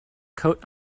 coat